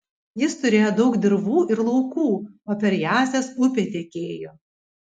jis turėjo daug dirvų ir laukų o per jąsias upė tekėjo